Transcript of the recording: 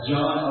John